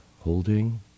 holding